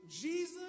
Jesus